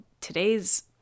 today's